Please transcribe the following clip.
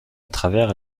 travers